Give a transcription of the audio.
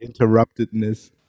interruptedness